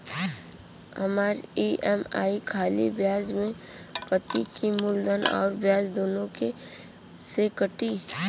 हमार ई.एम.आई खाली ब्याज में कती की मूलधन अउर ब्याज दोनों में से कटी?